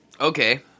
Okay